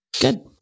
Good